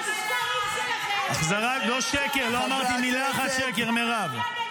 עכשיו, לא שקר, לא אמרתי מילה אחת שקר, מירב.